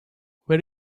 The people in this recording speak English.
where